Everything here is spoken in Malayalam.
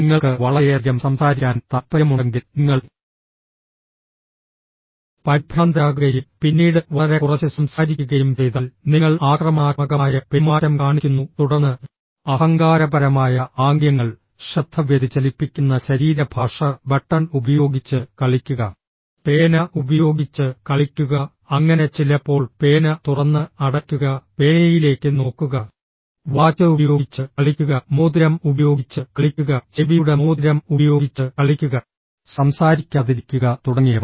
നിങ്ങൾക്ക് വളരെയധികം സംസാരിക്കാൻ താൽപ്പര്യമുണ്ടെങ്കിൽ നിങ്ങൾ പരിഭ്രാന്തരാകുകയും പിന്നീട് വളരെ കുറച്ച് സംസാരിക്കുകയും ചെയ്താൽ നിങ്ങൾ ആക്രമണാത്മകമായ പെരുമാറ്റം കാണിക്കുന്നു തുടർന്ന് അഹങ്കാരപരമായ ആംഗ്യങ്ങൾ ശ്രദ്ധ വ്യതിചലിപ്പിക്കുന്ന ശരീരഭാഷ ബട്ടൺ ഉപയോഗിച്ച് കളിക്കുക പേന ഉപയോഗിച്ച് കളിക്കുക അങ്ങനെ ചിലപ്പോൾ പേന തുറന്ന് അടയ്ക്കുക പേനയിലേക്ക് നോക്കുക വാച്ച് ഉപയോഗിച്ച് കളിക്കുക മോതിരം ഉപയോഗിച്ച് കളിക്കുക ചെവിയുടെ മോതിരം ഉപയോഗിച്ച് കളിക്കുക സംസാരിക്കാതിരിക്കുക തുടങ്ങിയവ